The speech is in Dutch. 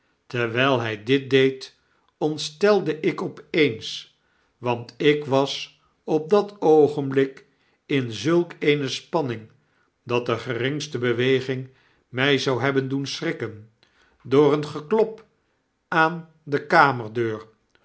terwyl hy dit deed ontstelde ik op eens want ik was op dat oogenblik in zulk eene spanning dat de geringste beweging my zou hebben doen schrikken door een geklop aan de